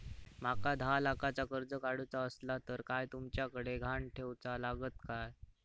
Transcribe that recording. माका दहा लाखाचा कर्ज काढूचा असला तर काय तुमच्याकडे ग्हाण ठेवूचा लागात काय?